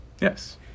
Yes